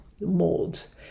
molds